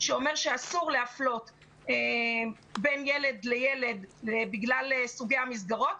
שאומר שאסור להפלות בין ילד לילד בגלל סוגי המסגרות,